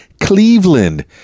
Cleveland